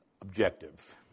objective